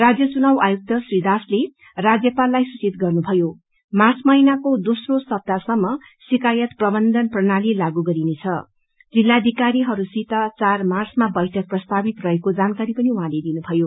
राज्य चुनाव आयुक्त श्री दासले राज्यपाललाई सूचित गर्नुभयो मार्च महिनको दोस्रो सप्ताहसम्म शिकायत प्रबन्धन प्रणाली लागू गरिनेछ जिल्लाधिकारीहरूसित चार माच्रमा बैठक प्रस्तावित रहेको जानकारी पनि उहाँले दिनुभयो